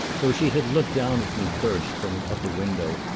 though she had looked down at me first from an upper window,